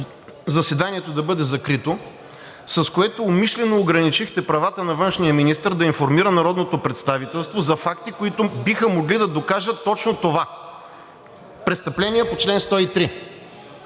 заседанието да бъде закрито, с което умишлено ограничихте правата на външния министър да информира народното представителство за факти, които биха могли да докажат точно това – престъпление по чл. 103,